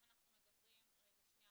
שנייה,